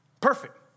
Perfect